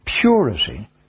purity